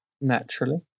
Naturally